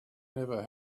never